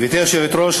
גברתי היושבת-ראש,